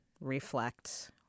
reflect